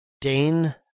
Dane